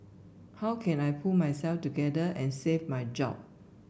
how can I pull myself together and save my job